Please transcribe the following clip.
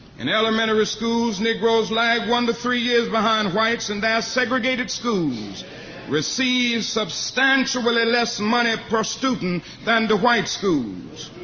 in elementary schools, negroes lag one to three years behind whites, and their segregated schools receive substantially less money per student than the white schools.